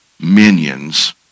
minions